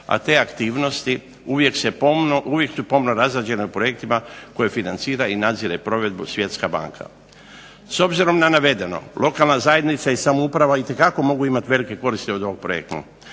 se pomno, uvijek su pomno razrađene u projektima koje financira i nadzire provedbu Svjetska banka. S obzirom na navedeno lokalna zajednica i samouprava itekako mogu imati velike koristi od ovog projekta,